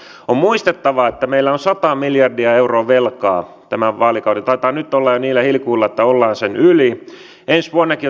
kehittämistarve on ollut meillä myös jaostossa voimakkaasti esillä ja tämän temin työn tarkoituksena on nyt selkeyttää toimintaa ja purkaa päällekkäisyyttä